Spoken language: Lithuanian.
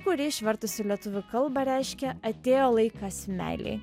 kuri išvertus į lietuvių kalbą reiškia atėjo laikas meilei